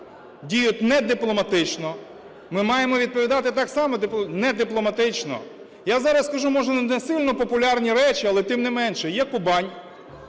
діють недипломатично, ми маємо відповідати так само недипломатично. Я зараз скажу, може, не сильно популярні речі, але тим не менше. Є Кубань,